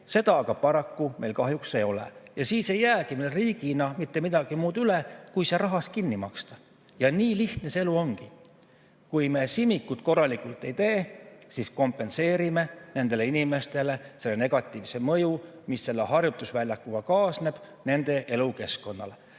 Seda aga meil kahjuks ei ole. Siis ei jäägi meil riigina mitte midagi muud üle kui see rahas kinni maksta. Nii lihtne see elu ongi. Kui me CIMIC‑ut korralikult ei tee, siis kompenseerime nendele inimestele selle negatiivse mõju, mis selle harjutusvälja tõttu tekib nende elukeskkonnale.